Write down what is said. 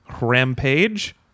Rampage